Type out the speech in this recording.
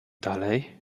dalej